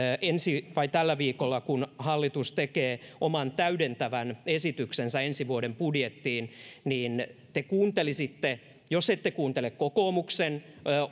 ensi vai tällä viikolla kun hallitus tekee oman täydentävän esityksensä ensi vuoden budjettiin te kuuntelisitte jos ette kuuntele kokoomuksen